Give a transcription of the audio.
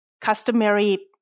customary